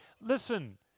listen